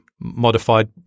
modified